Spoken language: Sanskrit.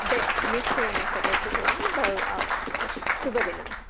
डे निश्चयेन करोतु भगिनी भव श् शुभदिनं